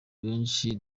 benshi